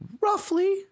roughly